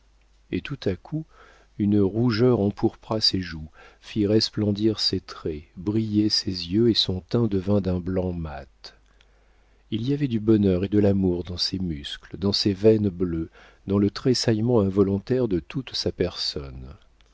et tout à coup une rougeur empourpra ses joues fit resplendir ses traits briller ses yeux et son teint devint d'un blanc mat il y avait du bonheur et de l'amour dans ses muscles dans ses veines bleues dans le tressaillement involontaire de toute sa personne